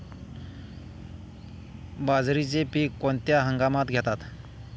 बाजरीचे पीक कोणत्या हंगामात घेतात?